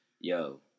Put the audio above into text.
yo